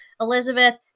elizabeth